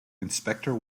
inspector